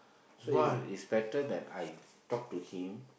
so it's it's better that I talk to him